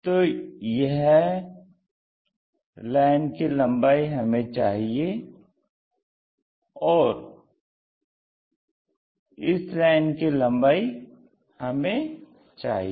तो यह पर लाइन कि लम्बाई हमें चाहिए और इस कर लाइन की लम्बाई हमें चाहिए